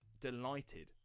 delighted